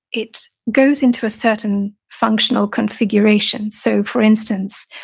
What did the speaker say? it goes into a certain functional configuration. so, for instance,